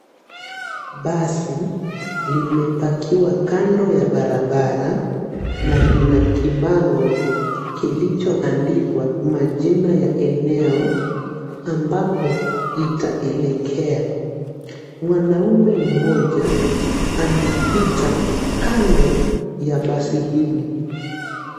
Basi limepakiwa kando ya barabara na kuna kibango kilichoandikwa majina ya eneo ambapo itaelekea. Mwanaume mmoja anapita kando ya basi hili.